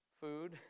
Food